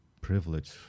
privilege